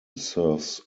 serves